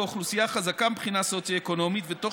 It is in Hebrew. באוכלוסייה חזקה מבחינה סוציו-אקונומית ותוך